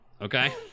okay